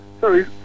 sorry